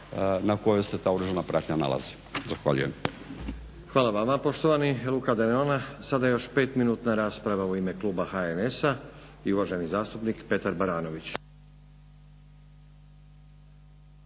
na kojoj se ta oružana pratnja nalazi. Zahvaljujem. **Stazić, Nenad (SDP)** Hvala vama poštovani Luka Denona. Sada još petminutna rasprava u ime kluba HNS-a i uvaženi zastupnik Petar Baranović.